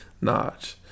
Notch